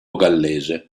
gallese